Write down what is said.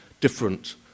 different